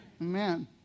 Amen